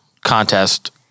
contest